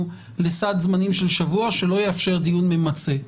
לסד זמנים של שבוע שלא יאפשר דיון ממצה.